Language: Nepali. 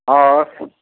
अँ